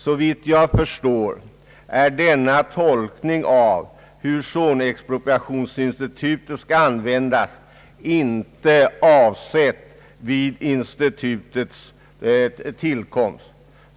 Såvitt jag förstår, har denna tolkning av bestämmelserna om zonexpropriationsinstitutets användning inte avsetts vid institutets tillkomst.